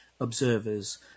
observers